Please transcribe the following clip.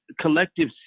collective